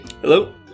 Hello